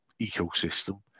ecosystem